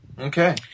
Okay